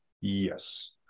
Yes